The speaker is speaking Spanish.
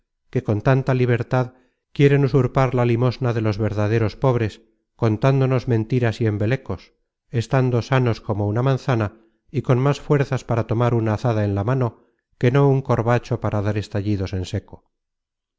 que con tanta libertad quieren usurpar la limosna de los verdaderos pobres contándonos mentiras y embelecos estando sanos como una manzana y con más fuerzas para tomar una azada en la mano que no un corbacho para dar estallidos en seco